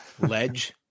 Ledge